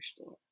store